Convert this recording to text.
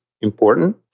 important